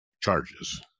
charges